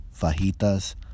Fajitas